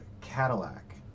Cadillac